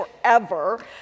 forever